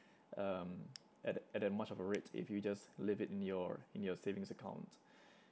um at that at that much of a rate if you just leave it in your in your savings account